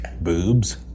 Boobs